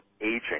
aging